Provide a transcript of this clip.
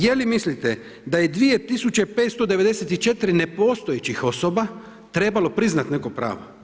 Je li mislite da je 2594 nepostojećih osoba trebalo priznati neko pravo?